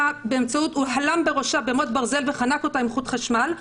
הוא הלם בראשה במוט ברזל וחנק אותה עם חוט חשמל,